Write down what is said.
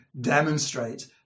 demonstrate